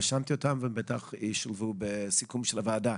רשמתי אותם והם ישולבו בסיכום הוועדה.